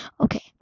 Okay